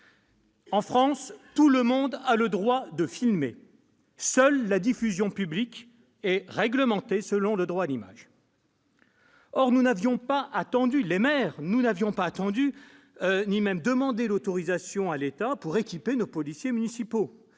En France, tout le monde a le droit de filmer. Seule la diffusion publique est réglementée selon le droit à l'image. Or nous, les maires, n'avions pas attendu ni même demandé d'autorisation à l'État pour équiper nos policiers municipaux.